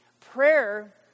Prayer